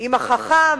עם החכם,